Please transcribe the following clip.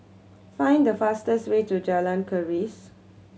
find the fastest way to Jalan Keris